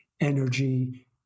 energy